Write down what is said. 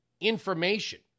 information